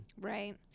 Right